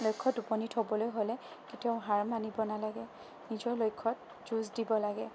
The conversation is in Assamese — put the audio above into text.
লক্ষ্যত উপণীত হ'বলৈ হ'লে কেতিয়াও হাৰ মানিব নালাগে নিজৰ লক্ষ্যত যুঁজ দিব লাগে